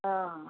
ହଁ